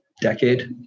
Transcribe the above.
decade